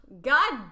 God